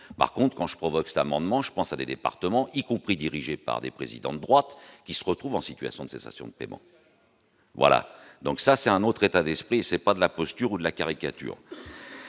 par contre quand je provoque d'amendements, je pense à des départements, y compris dirigés par des présidents de droite qui se retrouve en situation de cessation de paiement, voilà, donc ça c'est un autre état d'esprit, c'est pas de la posture ou de la caricature,